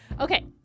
Okay